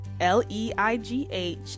l-e-i-g-h